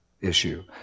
issue